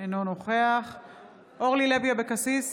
אינו נוכח אורלי לוי אבקסיס,